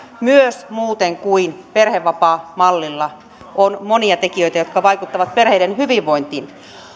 myös muuten kuin perhevapaamalleilla on monia tekijöitä jotka vaikuttavat perheiden hyvinvointiin